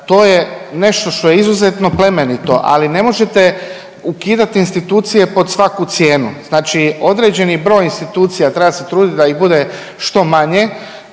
to je nešto što je izuzetno plemenito, ali ne možete ukidat institucije pod svaku cijenu, znači određeni broj institucija, treba se trudit da ih bude što manje,